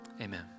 Amen